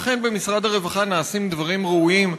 ואכן במשרד הרווחה נעשים דברים ראויים.